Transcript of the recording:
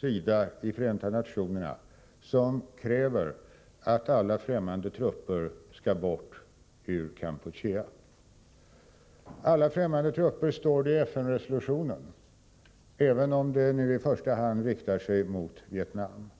sida i Förenta nationerna som kräver att alla främmande trupper skall bort ur Kampuchea. Alla främmande trupper, står det i FN-resolutionen, även om det nu i första hand riktar sig mot Vietnam.